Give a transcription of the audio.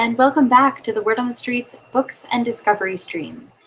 and welcome back to the word on the streets books and discovery stream.